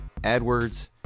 AdWords